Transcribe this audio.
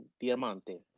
Diamante